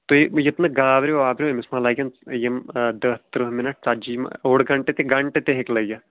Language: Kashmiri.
تُہۍ یِتہٕ نہٕ نہٕ گابرِو وابرِو أمِس ما لگن یِم دہ تٕرٛہ مِنٛٹ ژَتجی یِم اوٚڑ گَنٹہٕ تہِ گَنٹہٕ تہِ ہیٚکہِ لٔگِتھ